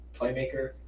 playmaker